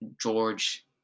george